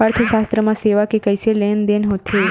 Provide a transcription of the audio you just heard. अर्थशास्त्र मा सेवा के कइसे लेनदेन होथे?